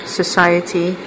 society